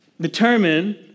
determine